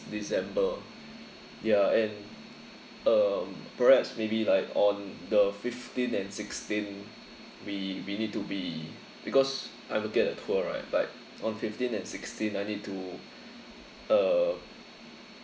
december ya and um perhaps maybe like on the fifteen and sixteen we we need to be because I'm looking at the tour right but on fifteen and sixteen I need to uh